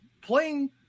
playing